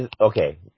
Okay